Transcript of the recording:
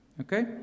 okay